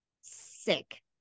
sick